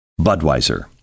Budweiser